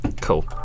Cool